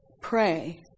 Pray